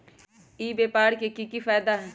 ई व्यापार के की की फायदा है?